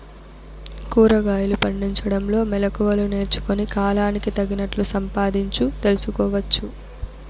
కూరగాయలు పండించడంలో మెళకువలు నేర్చుకుని, కాలానికి తగినట్లు సంపాదించు తెలుసుకోవచ్చు